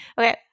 Okay